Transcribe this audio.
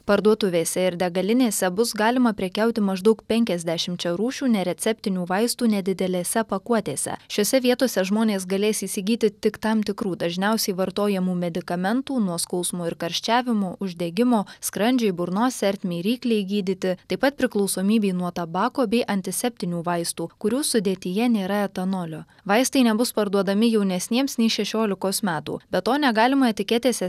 parduotuvėse ir degalinėse bus galima prekiauti maždaug penkiasdešimčia rūšių nereceptinių vaistų nedidelėse pakuotėse šiose vietose žmonės galės įsigyti tik tam tikrų dažniausiai vartojamų medikamentų nuo skausmo ir karščiavimo uždegimo skrandžiui burnos ertmei ryklei gydyti taip pat priklausomybei nuo tabako bei antiseptinių vaistų kurių sudėtyje nėra etanolio vaistai nebus parduodami jaunesniems nei šešiolikos metų be to negalima etiketėse